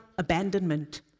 abandonment